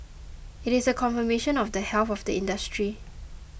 it is a confirmation of the health of the industry